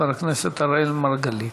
חבר הכנסת אראל מרגלית.